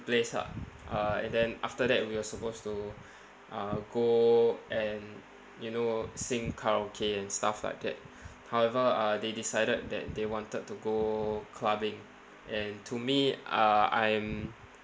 place ah uh and then after that we were supposed to uh go and you know sing karaoke and stuff like that however uh they decided that they wanted to go clubbing and to me uh I'm